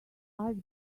ice